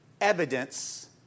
evidence